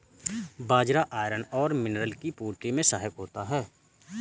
बाजरा iron और mineral की पूर्ति में सहायक होता है